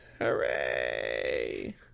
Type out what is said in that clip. Hooray